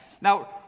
Now